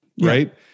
right